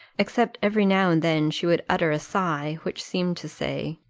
except every now and then she would utter a sigh, which seemed to say,